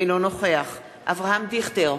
אינו נוכח אברהם דיכטר,